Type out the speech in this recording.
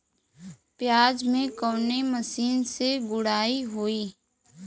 प्याज में कवने मशीन से गुड़ाई होई?